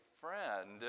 friend